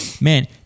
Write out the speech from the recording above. Man